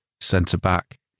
centre-back